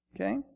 okay